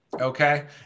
Okay